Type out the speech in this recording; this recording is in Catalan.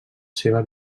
seva